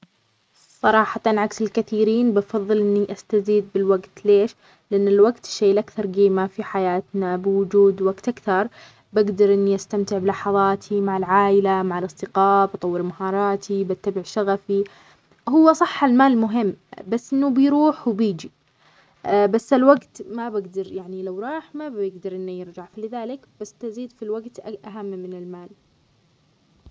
صراحة عكس الكثيرين، بفضل إني أستزيد بالوقت، ليش؟ لأن الوقت الشيء الأكثر قيمة في حياتنا بوجود وقت أكثر بقدر إني أستمتع بلحظاتي مع العائلة، مع الأصدقاء، بطور مهاراتي، بتبع شغفي هو صح المال، المهم بس إنه بيروح وبيجي، بس الوقت ما بقدر، يعني لو راح ما بيقدر إن يرجع، فلذلك بس تزيد في الوقت الأهم من المال.